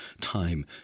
Time